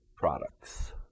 products